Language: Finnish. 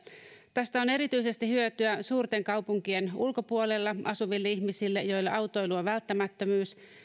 tästä on erityisesti hyötyä suurten kaupunkien ulkopuolella asuville ihmisille joille autoilu on välttämättömyys